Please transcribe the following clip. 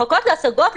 לחכות להשגות?